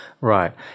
Right